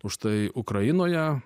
už tai ukrainoje